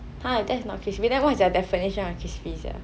!huh! that is not crispy then what is your definition of crispy sia